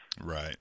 right